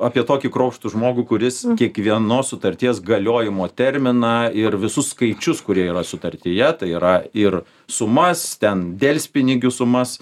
apie tokį kruopštų žmogų kuris kiekvienos sutarties galiojimo terminą ir visus skaičius kurie yra sutartyje tai yra ir sumas ten delspinigių sumas